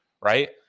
right